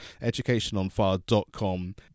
educationonfire.com